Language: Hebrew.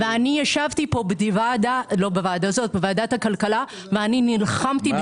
אבל אני ישבתי בוועדת הכלכלה ואני נלחמתי